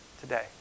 today